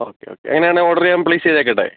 okay okay അങ്ങനെയാണെങ്കിൽ order ഞാൻ place ചെയ്തേക്കട്ടെ